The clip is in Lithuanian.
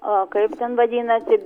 o kaip ten vadinasi